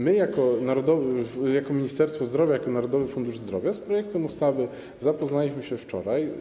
My jako Ministerstwo Zdrowia, jako Narodowy Fundusz Zdrowia z projektem ustawy zapoznaliśmy się wczoraj.